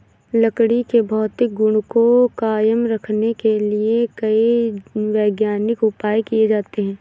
लकड़ी के भौतिक गुण को कायम रखने के लिए कई वैज्ञानिक उपाय किये जाते हैं